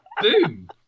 boom